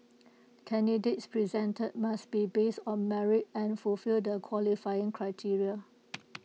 candidates presented must be based on merit and fulfill the qualifying criteria